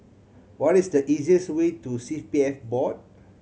what is the easiest way to C P F Board